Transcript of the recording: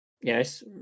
Yes